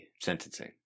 sentencing